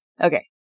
Okay